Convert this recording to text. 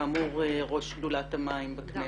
ראש שדולת המים בכנסת.